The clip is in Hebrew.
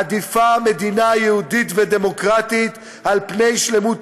עדיפה מדינה יהודית ודמוקרטית על פני שלמות